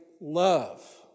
love